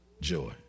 joy